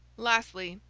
lastly,